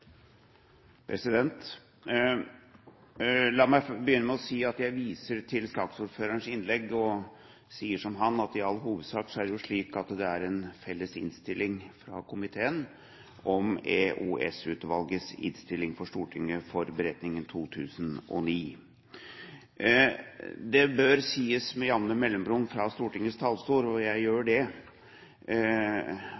underlig. La meg begynne med å vise til saksordførerens innlegg, og jeg sier som ham, at i all hovedsak er det en felles innstilling fra komiteen om EOS-utvalgets årsmelding til Stortinget for 2009. Det bør sies med jevne mellomrom fra Stortingets talerstol – og jeg gjør